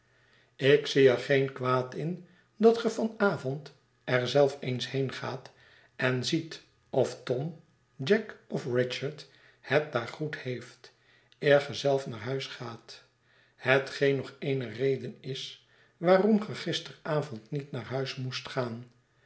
ik zie er geen kwaad in dat ge van avond er zelf eens heengaat en ziet of tom jack of richard het daar goed heeft eer ge zelf naar huis gaat hetgeen nog eene reden is waarom ge gisteravond niet naar huis moest gaan